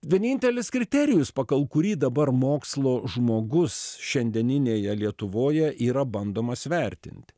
vienintelis kriterijus pagal kurį dabar mokslų žmogus šiandieninėje lietuvoje yra bandomas vertinti